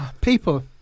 People